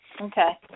Okay